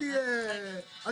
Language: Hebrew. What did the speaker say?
אל